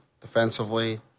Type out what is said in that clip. defensively